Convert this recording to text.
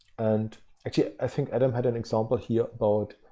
and actually, i think adam had an example here, about